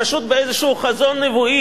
פשוט באיזה חזון נבואי